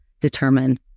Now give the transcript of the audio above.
determine